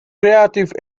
creative